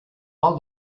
all